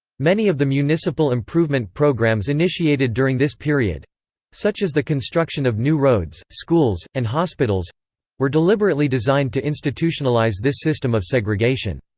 many of the municipal improvement programs initiated during this period such as the construction of new roads, schools, and hospitals were deliberately designed to institutionalize this system of segregation.